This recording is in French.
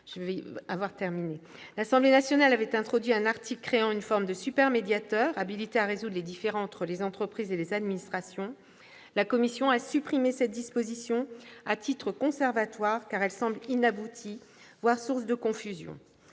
L'Assemblée nationale avait introduit un article créant une forme de « super-médiateur », habilité à résoudre les différends entre les entreprises et les administrations. La commission a supprimé cette disposition à titre conservatoire, car elle semble inaboutie, voire source de confusion.